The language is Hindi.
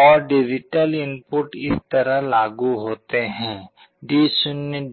और डिजिटल इनपुट इस तरह लागू होते हैं D0